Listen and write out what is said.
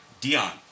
Dion